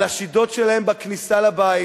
על השידות שלהם בכניסה לבית,